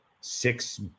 six